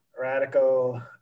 radical